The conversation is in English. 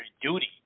duty